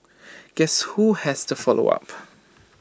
guess who has to follow up